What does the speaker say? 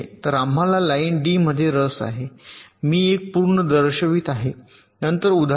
तर आम्हाला line D मध्ये रस आहे मी एक पूर्ण दर्शवित आहे नंतर उदाहरण